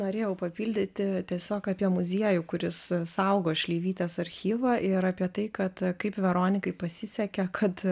norėjau papildyti tiesiog apie muziejų kuris saugo šleivytės archyvą ir apie tai kad kaip veronikai pasisekė kad